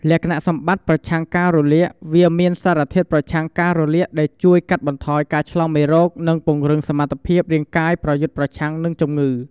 លក្ខណៈសម្បត្តិប្រឆាំងការរលាក វាមានសារធាតុប្រឆាំងការរលាកដែលជួយកាត់បន្ថយការឆ្លងមេរោគ និងពង្រឹងសមត្ថភាពរាងកាយប្រយុទ្ធប្រឆាំងនឹងជំងឺ។